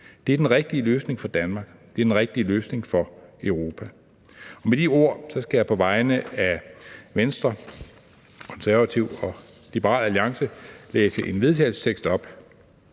Det er den rigtige løsning for Danmark, det er den rigtige løsning for Europa. Med de ord skal jeg på vegne af Venstre, Konservative og Liberal Alliance fremsætte følgende: